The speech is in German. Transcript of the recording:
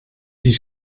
die